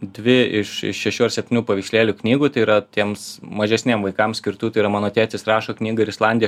dvi iš iš šešių ar septynių paveikslėlių knygų tai yra tiems mažesniem vaikam skirtų tai yra mano tėtis rašo knygą ir islandija